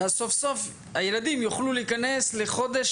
ואז הילדים יוכלו להיכנס לחודש,